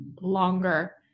longer